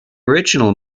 original